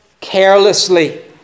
carelessly